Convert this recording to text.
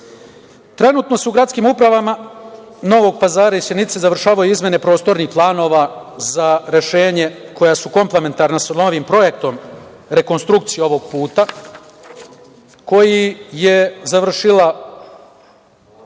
polju. Trenutno se u gradskim upravama Novog Pazara i Sjenice završavaju izmene prostornih planova za rešenja koja su komplementarna sa novim projektom, rekonstrukciji ovog puta, koji je završila